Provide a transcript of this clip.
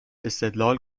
استدلال